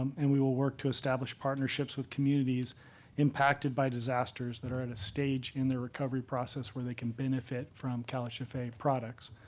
um and we will work to establish partnerships with communities impacted by disasters that are at a stage in the recovery process where they can benefit from calhfa products.